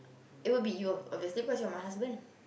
it will be you obviously cause you are my husband